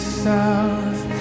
south